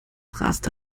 raste